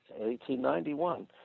1891